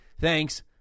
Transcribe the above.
Thanks